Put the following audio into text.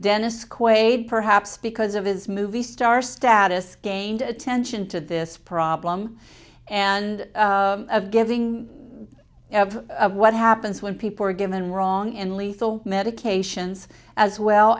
dennis quaid perhaps because of his movie star status gained attention to this problem and giving what happens when people are given wrong and lethal medications as well